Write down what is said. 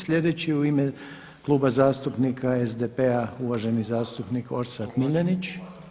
Sljedeći u ime Kluba zastupnika SDP-a uvaženi zastupnik Orsat Miljenić.